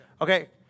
Okay